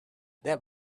that